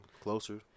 Closer